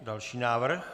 Další návrh.